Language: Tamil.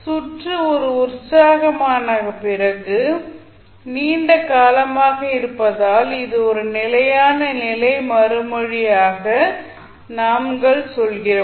சுற்று ஒரு உற்சாகமான பிறகு இது நீண்ட காலமாக இருப்பதால் இது ஒரு நிலையான நிலை மறுமொழியாக நாங்கள் சொல்கிறோம்